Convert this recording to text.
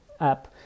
app